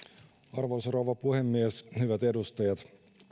arvoisa rouva puhemies hyvät edustajat